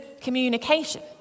communication